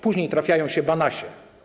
Później trafiają się Banasie.